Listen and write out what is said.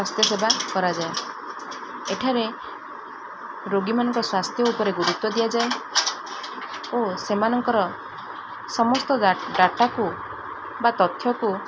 ସ୍ୱାସ୍ଥ୍ୟ ସେବା କରାଯାଏ ଏଠାରେ ରୋଗୀମାନଙ୍କ ସ୍ୱାସ୍ଥ୍ୟ ଉପରେ ଗୁରୁତ୍ୱ ଦିଆଯାଏ ଓ ସେମାନଙ୍କର ସମସ୍ତ ଡାଟାକୁ ବା ତଥ୍ୟକୁ